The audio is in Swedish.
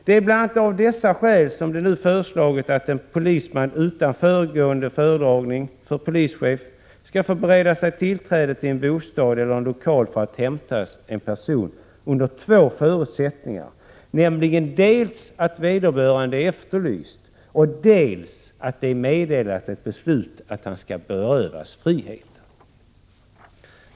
Det är bl.a. av dessa skäl som det nu har föreslagits att polisman utan föregående föredragning för polischef skall få bereda sig tillträde till en bostad eller en lokal för att hämta en person under två förutsättningar, nämligen dels att vederbörande är efterlyst, dels att det är meddelat ett beslut att han skall berövas friheten.